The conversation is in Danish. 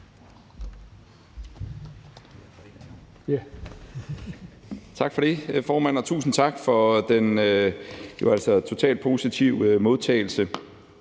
Tak for det, formand, og tusind tak for den jo altså totalt positive modtagelse.